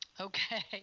Okay